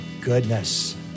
goodness